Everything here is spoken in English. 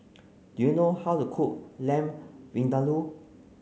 do you know how to cook Lamb Vindaloo